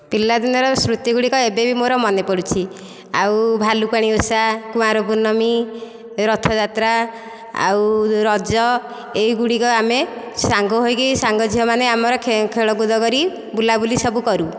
ପିଲାଦିନର ସ୍ମୃତିଗୁଡ଼ିକ ଏବେ ବି ମୋର ମନେପଡ଼ୁଛି ଆଉ ଭାଲୁକାଣି ଓଷା କୁଆଁରପୂର୍ଣ୍ଣମୀ ରଥଯାତ୍ରା ଆଉ ରଜ ଏହିଗୁଡ଼ିକ ଆମେ ସାଙ୍ଗ ହୋଇକି ସାଙ୍ଗ ଝିଅମାନେ ଆମର ଖେଳକୁଦ କରି ବୁଲାବୁଲି ସବୁ କରୁ